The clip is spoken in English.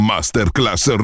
Masterclass